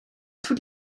toute